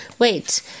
Wait